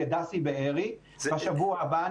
לדסי בארי בשבוע הבא.